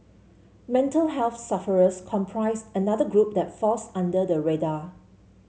mental health sufferers comprise another group that falls under the radar